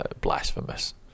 blasphemous